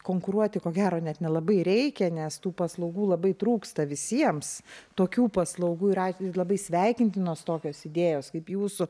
konkuruoti ko gero net nelabai reikia nes tų paslaugų labai trūksta visiems tokių paslaugų ir atvejų labai sveikintinos tokios idėjos kaip jūsų